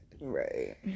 Right